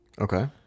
Okay